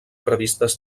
previstes